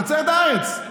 תוצרת הארץ,